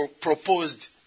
proposed